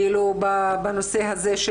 בנושא הזה.